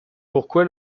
pourquoi